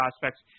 prospects